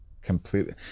completely